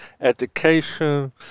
education